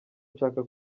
nshaka